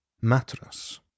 mattress